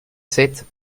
sept